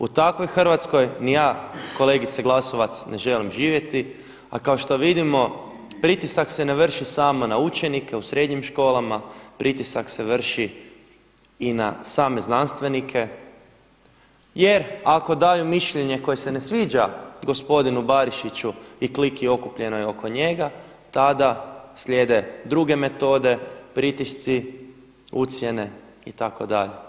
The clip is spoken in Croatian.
U takvoj Hrvatskoj ni ja kolegice Glasovac ne želim živjeti, a kao što vidimo pritisak se ne vrši samo na učenike u srednjim školama, pritisak se vrši i na same znanstvenike jer ako daju mišljenje koje se ne sviđa gospodinu Barišiću i kliki okupljenoj oko njega, tada slijede druge metode, pritisci, ucjene itd.